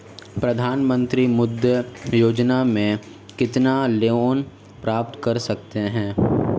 प्रधानमंत्री मुद्रा योजना में कितना लोंन प्राप्त कर सकते हैं?